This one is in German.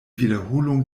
wiederholung